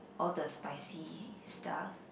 all the spicy stuff